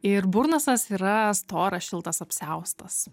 ir burnusas yra storas šiltas apsiaustas